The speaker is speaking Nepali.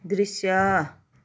दृश्य